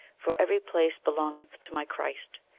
for every place belongeth to my christ.